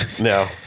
no